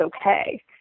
okay